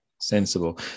sensible